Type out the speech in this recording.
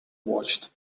watched